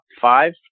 five